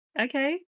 Okay